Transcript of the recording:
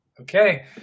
Okay